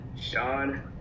Sean